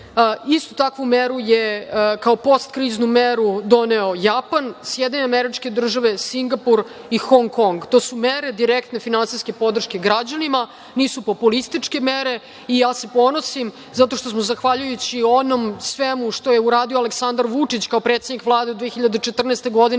istu takvu meru je, kao post kriznu meru doneo Japan, SAD, Singapur i Hongkong. To su mere direktne finansijske podrške građanima, nisu populističke mere. Ponosim se, zato što smo zahvaljujući onom svemu što je uradio Aleksandar Vučić kao predsednik Vlade 2014. godine,